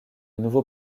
nouveau